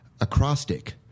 acrostic